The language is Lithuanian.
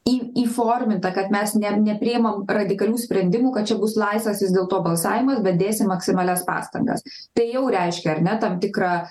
į įforminta kad mes ne nepriimam radikalių sprendimų kad čia bus laisvas vis dėlto balsavimas bet dėsim maksimalias pastangas tai jau reiškia ar ne tam tikrą